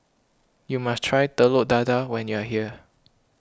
you must try Telur Dadah when you are here